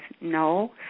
no